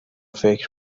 فکر